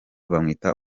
bamwita